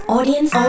Audience